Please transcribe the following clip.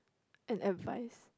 and advice